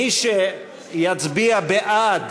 מי שיצביע בעד